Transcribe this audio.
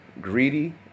greedy